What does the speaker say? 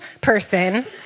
person